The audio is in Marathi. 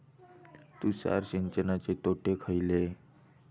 तुषार सिंचनाचे तोटे खयले?